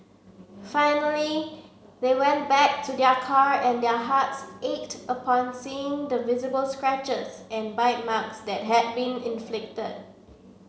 finally they went back to their car and their hearts ached upon seeing the visible scratches and bite marks that had been inflicted